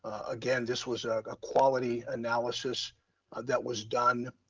again, this was a quality analysis that was done.